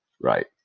right